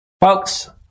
folks